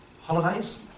holidays